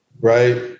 right